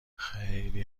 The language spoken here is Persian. خیلی